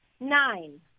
Nine